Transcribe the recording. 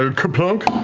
ah kerplunk.